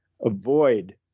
avoid